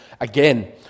again